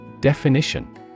Definition